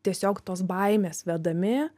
tiesiog tos baimės vedami